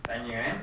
tanya eh